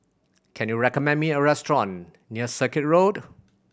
can you recommend me a restaurant near Circuit Road